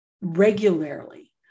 regularly